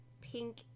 pink